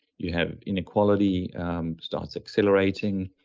you have inequality starts accelerating,